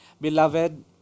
Beloved